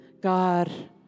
God